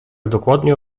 dokładnie